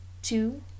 Two